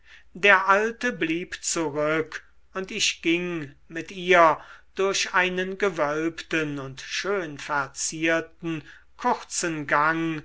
der alte blieb zurück und ich ging mit ihr durch einen gewölbten und schön verzierten kurzen gang